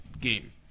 game